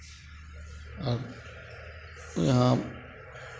अब तो यहाँ